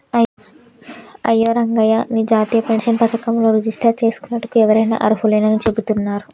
అయ్యో రంగయ్య నీ జాతీయ పెన్షన్ పథకంలో రిజిస్టర్ చేసుకోనుటకు ఎవరైనా అర్హులేనని చెబుతున్నారు